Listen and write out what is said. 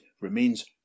remains